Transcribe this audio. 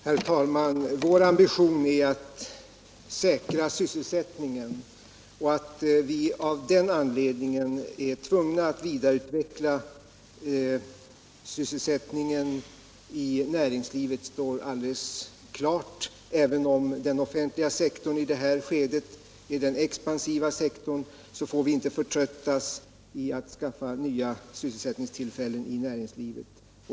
Herr talman! Vår ambition är att säkra sysselsättningen, och det står alldeles klart att vi av den anledningen är tvungna att vidareutveckla sysselsättningen i näringslivet. Även om den offentliga sektorn i det här skedet är den expansiva sektorn får vi inte förtröttas i försöken att skaffa nya sysselsättningstillfällen i näringslivet.